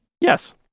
Yes